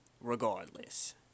Regardless